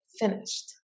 finished